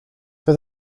for